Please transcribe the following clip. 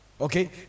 Okay